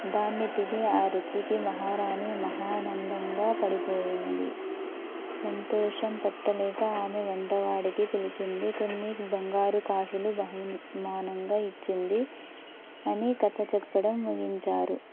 దాన్ని తిని ఆ రుచికి మహారాణి మహానందంగా పడిపోయింది సంతోషం పట్టలేక ఆమె వంటవాడికి పిలిచింది కొన్ని బంగారు కాసులు బహుమానంగా ఇచ్చింది అని కథ చెప్పడం ముగించారు